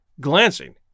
glancing